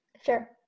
Sure